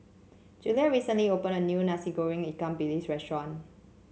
Juliet recently opened a new Nasi Goreng Ikan Bilis restaurant